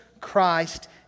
Christ